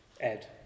Ed